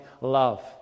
love